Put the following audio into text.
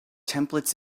templates